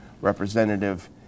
representative